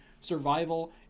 survival